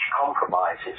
compromises